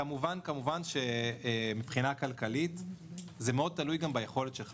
כמובן שמבחינה כלכלית זה מאוד תלוי ביכולת שלך.